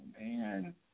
man